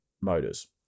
motors